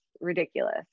ridiculous